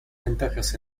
ventajas